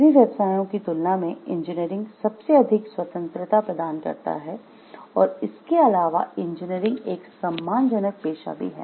सभी व्यवसायों की तुलना में इंजीनियरिंग सबसे अधिक स्वतंत्रता प्रदान करता है और इसके अलावा इंजीनियरिंग एक सम्मानजनक पेशा भी है